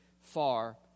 far